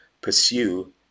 pursue